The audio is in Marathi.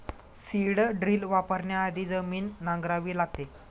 सीड ड्रिल वापरण्याआधी जमीन नांगरावी लागते